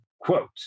Quote